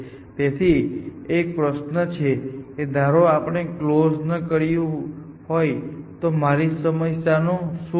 તેથી અહીં એક પ્રશ્ન છે કે ધારો કે આપણે કલોઝ ન કર્યું હોય તો મારી સમસ્યાનું શું થશે